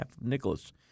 nicholas